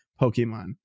Pokemon